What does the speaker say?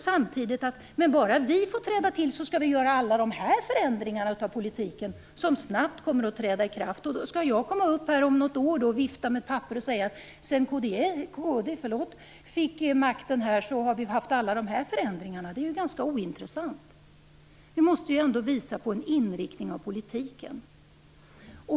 Samtidigt säger hon: Bara vi får träda till skall vi göra alla de här förändringarna av politiken, som snabbt kommer att träda i kraft. Skall jag då om något år komma upp här i talarstolen och vifta med ett papper och säga att sedan kd fick makten har vi fått alla de här förändringarna? Det skulle ju vara ganska ointressant. Detta måste ändå visa på deras inriktning av politiken.